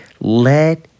Let